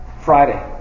Friday